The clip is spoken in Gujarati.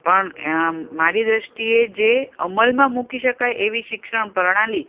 પણ મારી દૃષ્ટિએ જે અમલમાં મૂકી શકાય એવી શિક્ષણ પ્રણાલી